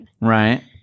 Right